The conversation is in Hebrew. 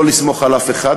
לא לסמוך על אף אחד.